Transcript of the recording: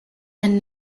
and